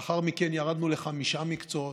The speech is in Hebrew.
ולאחר מכן ירדנו לחמישה מקצועות,